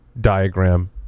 diagram